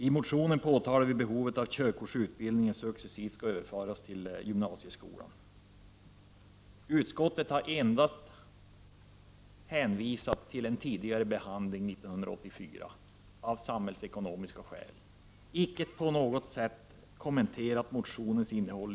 I motionen påtalar vi behovet av att körkortsutbildningen successivt överförs till gymnasieskolan. Utskottet har endast hänvisat till en tidigare behandling, 1984, och avstyrkt motionen av samhällsekonomiska skäl. Man har icke på något sätt i övrigt kommenterat motionens innehåll.